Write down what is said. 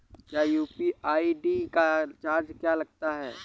क्या UPI ID का charge लगता है?